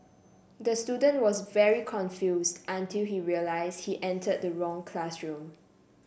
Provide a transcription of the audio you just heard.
the student was very confused until he realised he entered the wrong classroom